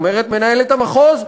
אומרת מנהלת המחוז,